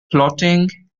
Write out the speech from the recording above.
plotting